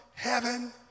heaven